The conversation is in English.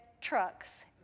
trucks